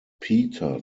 peter